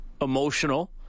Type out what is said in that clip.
emotional